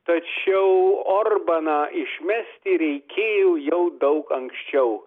tačiau orbaną išmesti reikėjo jau daug anksčiau